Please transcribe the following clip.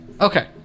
okay